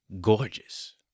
gorgeous